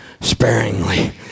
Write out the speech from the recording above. sparingly